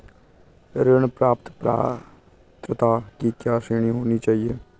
ऋण प्राप्त पात्रता की क्या श्रेणी होनी चाहिए?